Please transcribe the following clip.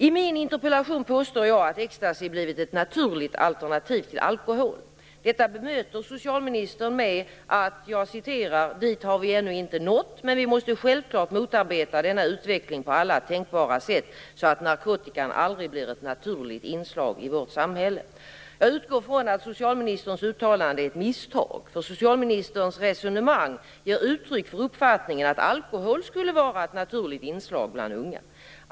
I min interpellation påstår jag att ecstasy har blivit ett naturligt alternativ till alkohol. Detta bemöter socialministern med att säga: "Dit har vi ännu inte nått, men vi måste självklart motarbeta denna utveckling på alla tänkbara sätt så att narkotikan aldrig blir ett naturligt inslag i vårt samhälle." Jag utgår från att socialministerns uttalande är ett misstag. Socialministerns resonemang ger uttryck för uppfattningen att alkohol skulle vara ett naturligt inslag bland unga.